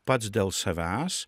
pats dėl savęs